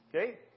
Okay